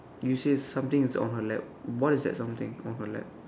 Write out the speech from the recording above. you say something is on her lap what is that something on her lap